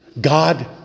God